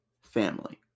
family